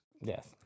Yes